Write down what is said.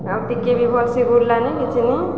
ଆଉ ଟିକେ ବି ଭଲ୍ସେ ବୁଲ୍ଲାନି କିଛି ନି